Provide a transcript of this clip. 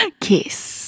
Kiss